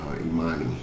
Imani